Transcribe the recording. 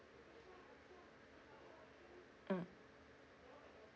mm